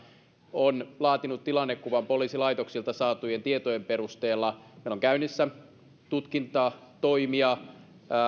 on laatinut tilannekuvan poliisilaitoksilta saatujen tietojen perusteella meillä on käynnissä tutkintatoimia